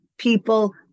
people